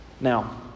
Now